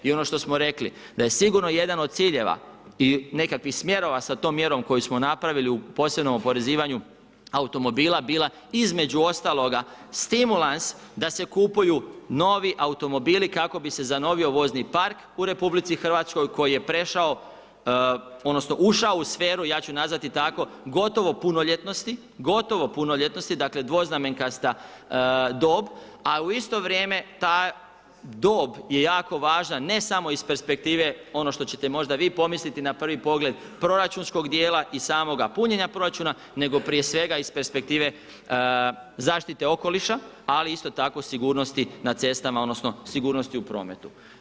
I ono što smo rekli, da je sigurno jedan od ciljeva i nekakvih smjerova, s tom mjerom koju smo napravili u posljednjom oporezivanju, automobila, bila između ostaloga stimulans da se kupuju novi automobili, kako bi se zavozli vozni park u RH, koji je prešao odnosno, ušao u sferu, ja ću nazvati tako, gotovo punoljetnosti, dakle, dvoznamenkasta dob, a u isto vrijeme, ta dob je jako važna, ne samo iz perspektive ono što ćete možda vi pomisliti na prvi pogled proračunskog dijela i samoga punjenja proračuna, nego iz prije svega iz perspektive zašite okoliša, ali isto tako sigurnosti na cestama, odnosno, sigurnosni u prometu.